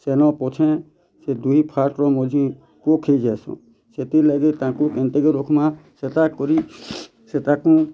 ଛେନ୍ ପଛେ ସେ ଦୁଇ ଫାଟ ର ମଝି ପୁକ ହେଇ ଯାସନ୍ ସେଥିର୍ ଲାଗି ତାଙ୍କୁ ଏନ୍ତିକିର୍ ରଖମା ସେଇଟା କରି ସେ ତାକୁ